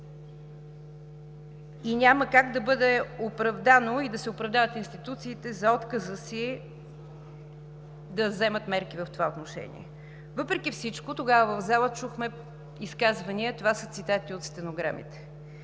Няма как да се оправдават институциите за отказа си да вземат мерки в това отношение. Въпреки всичко тогава в залата чухме изказвания – това са цитати от стенограмите,